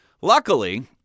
Luckily